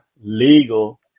legal